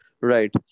Right